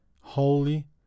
holy